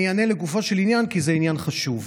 ואני אענה לגופו של עניין, כי זה עניין חשוב.